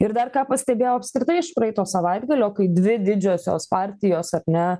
ir dar ką pastebėjau apskritai iš praeito savaitgalio kai dvi didžiosios partijos ar ne